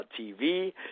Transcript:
TV